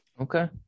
Okay